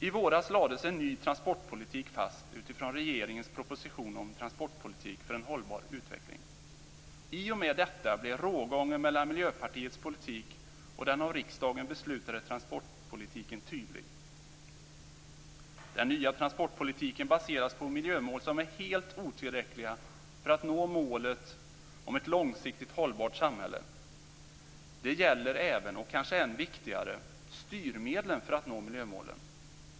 I våras lades en ny transportpolitik fast utifrån regeringens proposition om transportpolitik för en hållbar utveckling. I och med detta blev rågången mellan Den nya transportpolitiken baseras på miljömål som är helt otillräckliga om man skall kunna nå målet om ett långsiktigt hållbart samhälle. Det gäller även, och kanske än viktigare, styrmedlen för att nå miljömålen.